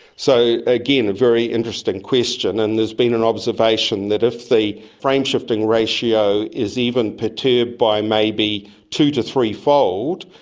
so again, a very interesting question, and there has been an observation that if the frame-shifting ratio is even perturbed by maybe two to threefold,